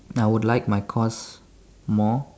I would like my course more